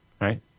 right